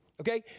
Okay